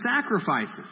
sacrifices